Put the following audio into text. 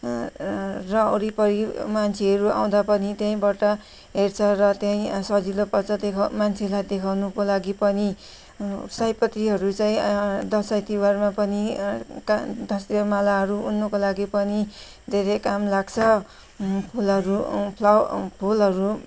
र वरिपरी मान्छेहरू आउँदा पनि त्यहीबाट हेर्छ र त्यही सजिलो पर्छ देखाउ मान्छेलाई देखाउनुको लागि पनि सयपत्रीहरू चाहिँ दसैँ तिहारमा पनि क गाँस्ने मालाहरू उन्नुको लागि पनि धेरै काम लाग्छ फुलहरू फ्लवर फुलहरू